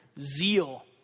zeal